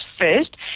first